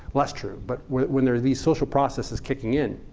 less true. but when there are these social processes kicking in.